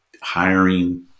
hiring